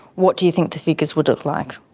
what do you think the figures would look like?